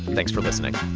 thanks for listening